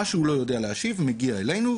מה שהוא לא יודע להשיב עליו מגיע אלינו,